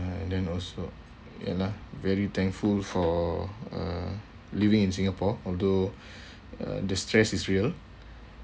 and then also ya lah very thankful for uh living in singapore although uh the stress is real